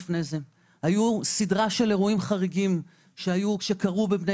הייתה סדרה של אירועים חריגים שקרו בבני